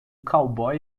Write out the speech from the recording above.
cowboy